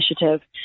Initiative